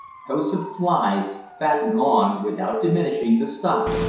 hosts of flies fatten on, without diminishing, the stock,